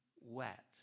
wet